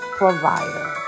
provider